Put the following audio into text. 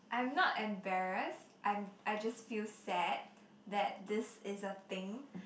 I'm not embarrassed I'm I just feel sad that this is a thing